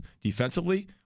defensively